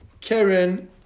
Karen